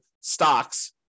stocks